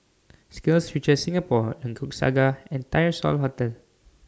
SkillsFuture Singapore Lengkok Saga and Tyersall Road